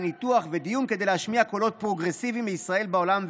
לניתוח ולדיון כדי להשמיע קולות פרוגרסיביים מישראל בעולם,